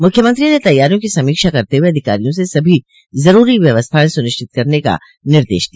मुख्यमंत्री ने तैयारियों की समीक्षा करत हुए अधिकारियों से सभी जरूरी व्यवस्थायें सुनिश्चित करने का निर्देश दिया